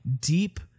deep